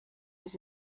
mit